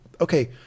okay